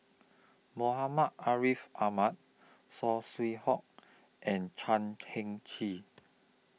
Muhammad Ariff Ahmad Saw Swee Hock and Chan Heng Chee